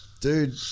dude